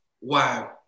wow